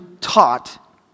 taught